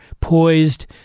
poised